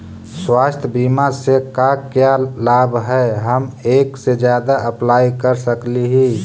स्वास्थ्य बीमा से का क्या लाभ है हम एक से जादा अप्लाई कर सकली ही?